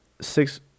six